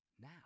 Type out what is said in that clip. Now